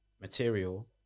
material